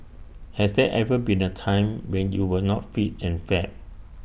has there ever been A time when you were not fit and fab